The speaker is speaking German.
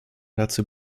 dazu